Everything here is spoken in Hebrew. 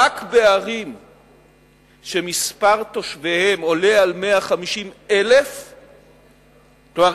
רק בערים שמספר תושביהן עולה על 150,000. זאת אומרת,